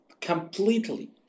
completely